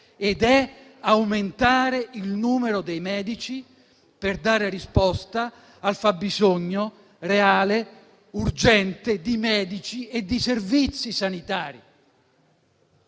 ed è aumentare il numero dei medici per dare risposta al fabbisogno reale ed urgente di medici e di servizi sanitari.